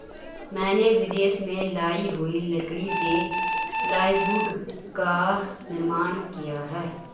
मैंने विदेश से लाई हुई लकड़ी से प्लाईवुड का निर्माण किया है